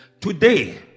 Today